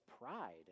pride